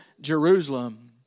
Jerusalem